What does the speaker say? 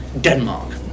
Denmark